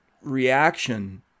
reaction